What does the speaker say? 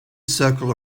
circle